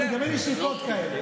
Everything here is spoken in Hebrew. וגם אין לי שאיפות כאלה.